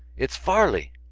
it's farley!